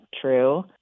true